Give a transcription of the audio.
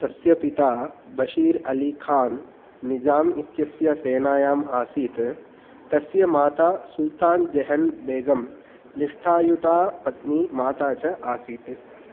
तस्य पिता बशीर् अली खान् निज़ाम् इत्यस्य सेनायाम् आसीत् तस्य माता सुल्तान् ज़ेहन् बेगं निष्ठायुता पत्नी माता च आसीत्